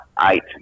eight